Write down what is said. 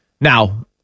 Now